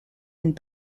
and